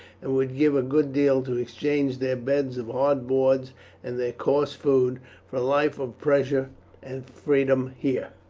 and would give a good deal to exchange their beds of hard boards and their coarse food for a life of pleasure and freedom here.